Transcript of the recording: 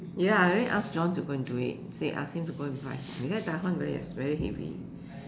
ya I already ask John to go and do it say ask him go and find for me because that one very is very heavy